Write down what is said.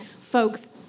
folks